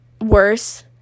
worse